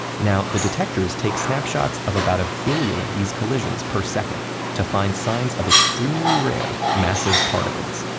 now, the detectors take snapshots of about a billion of these collisions per second to find signs of extremely rare massive particles.